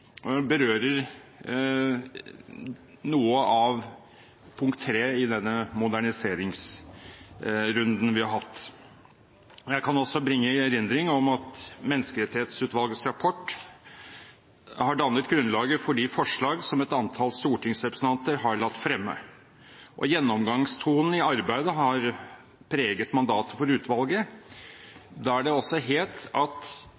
berører noe av punkt tre i denne moderniseringsrunden vi har hatt. Jeg kan også bringe i erindring at Menneskerettighetsutvalgets rapport har dannet grunnlaget for de forslag som et antall stortingsrepresentanter har latt fremme. Gjennomgangstonen i arbeidet har preget mandatet for utvalget, der det også het at